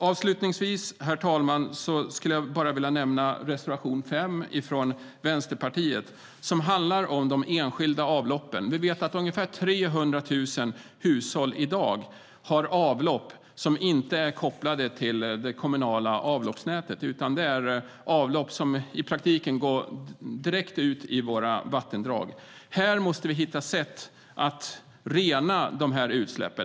Avslutningsvis, herr talman, skulle jag bara vilja nämna reservation 5 från Vänsterpartiet som handlar om de enskilda avloppen. Vi vet att ungefär 300 000 hushåll i dag har avlopp som inte är kopplade till det kommunala avloppsnätet. Det är avlopp som i praktiken går direkt ut i våra vattendrag. Vi måste hitta sätt att rena de här utsläppen.